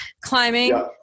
climbing